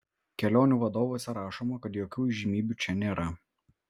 kelionių vadovuose rašoma kad jokių įžymybių čia nėra